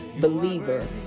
believer